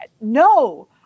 no